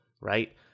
right